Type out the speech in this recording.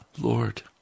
Lord